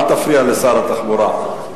אל תפריע לשר התחבורה.